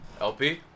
LP